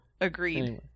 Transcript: Agreed